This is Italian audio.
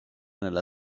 nella